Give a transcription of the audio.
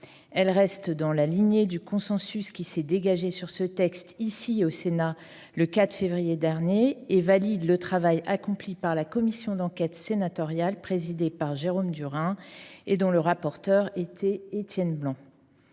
Elle reste dans la lignée du consensus qui s'est dégagé sur ce texte ici au Sénat le 4 février dernier et valide le travail accompli par la commission d'enquête sénatoriale présidée par Jérôme Durin et dont le rapporteur était Étienne Blanc.